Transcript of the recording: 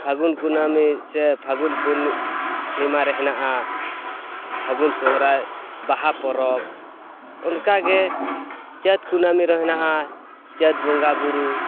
ᱯᱷᱟᱹᱜᱩᱱ ᱠᱩᱱᱟᱹᱢᱤ ᱥᱮ ᱯᱷᱟᱹᱜᱩᱱ ᱯᱩᱱᱱᱤᱢᱟᱨᱮ ᱦᱮᱱᱟᱜᱼᱟ ᱯᱷᱟᱜᱹᱩᱱ ᱥᱚᱨᱦᱟᱭ ᱵᱟᱦᱟ ᱯᱚᱨᱚᱵᱽ ᱚᱱᱠᱟᱜᱮ ᱪᱟᱹᱛ ᱠᱩᱱᱟᱹᱢᱤᱨᱮ ᱦᱮᱱᱟᱜᱼᱟ ᱪᱟᱹᱛ ᱵᱚᱸᱜᱟ ᱵᱳᱨᱳ